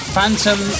Phantom